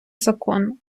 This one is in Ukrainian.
закону